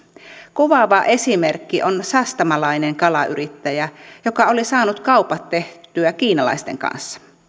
kuvaava esimerkki on sastamalainen kalayrittäjä joka oli saanut kaupat tehtyä kiinalaisten kanssa